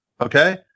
Okay